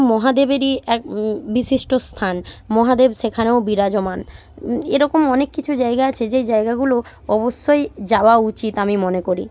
মহাদেবেরই এক বিশিষ্ট স্থান মহাদেব সেখানেও বিরাজমান এরকম অনেক কিছু জায়গা আছে যেই জায়গাগুলো অবশ্যই যাওয়া উচিত আমি মনে করি